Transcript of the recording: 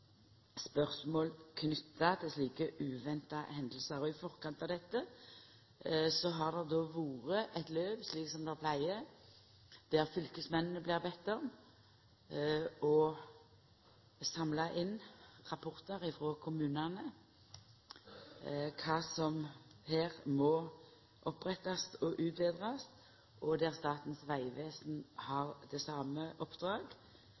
spørsmål knytt til slike uventa hendingar. I forkant av dette har det vore eit løp slik det pleier, der fylkesmennene blir bedne om å samla inn rapportar frå kommunane om kva som må rettast opp og utbetrast, der Statens vegvesen